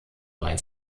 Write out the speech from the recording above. bei